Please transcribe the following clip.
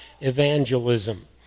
evangelism